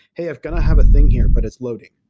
hey, i've got to have a thing here, but it's loading.